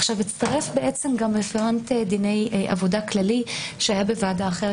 עכשיו הצטרף גם רפרנט דיני עבודה כללי שהיה בוועדה אחרת,